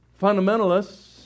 fundamentalists